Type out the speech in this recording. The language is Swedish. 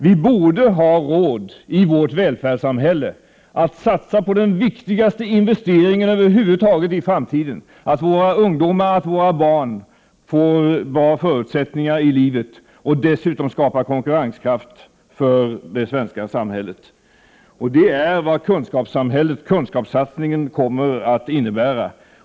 Vi borde ha råd att satsa på den viktigaste investeringen över huvud taget för framtiden, nämligen att våra ungdomar, våra barn får bra förutsättningar i livet. Det skapar dessutom konkurrenskraft för samhället, och det är vad kunskapssatningen måste innebära.